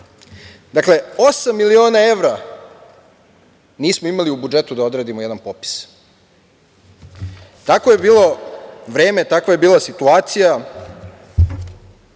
osam miliona evra nismo imali u budžetu da odradimo jedan popis. Tako je bilo vreme, takva je bila situacija,